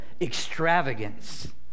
extravagance